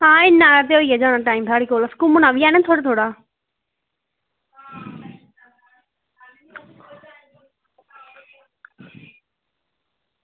आं इन्ना टाईम ते होई गै जाना साढ़े कोल ते कन्नै इन्ना घुम्मना बी ऐ निं